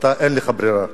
אין לך ברירה.